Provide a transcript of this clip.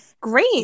great